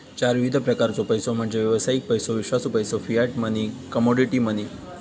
चार विविध प्रकारचो पैसो म्हणजे व्यावसायिक पैसो, विश्वासू पैसो, फियाट मनी, कमोडिटी मनी